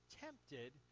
tempted